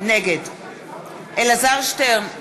נגד אלעזר שטרן,